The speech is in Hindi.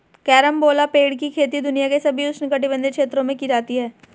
कैरम्बोला पेड़ की खेती दुनिया के सभी उष्णकटिबंधीय क्षेत्रों में की जाती है